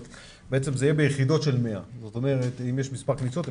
בעצם זה יהיה ביחידות של 100. אם יש מספר כניסות,